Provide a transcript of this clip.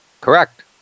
Correct